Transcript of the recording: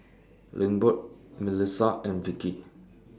Lindbergh Milissa and Vickie